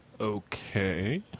Okay